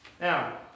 Now